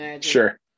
sure